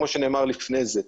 כפי שנאמר לפני כן.